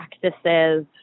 practices